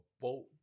boat